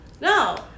No